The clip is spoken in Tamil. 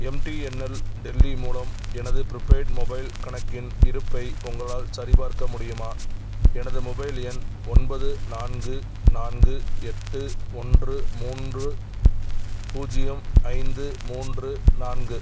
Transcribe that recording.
எம்டிஎன்எல் டெல்லி மூலம் எனது ப்ரிபெய்டு மொபைல் கணக்கின் இருப்பை உங்களால் சரிபார்க்க முடியுமா எனது மொபைல் எண் ஒன்பது நான்கு நான்கு எட்டு ஒன்று மூன்று பூஜ்ஜியம் ஐந்து மூன்று நான்கு